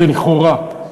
זה לכאורה,